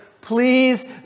Please